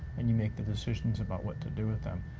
and you make the decisions about what to do with them.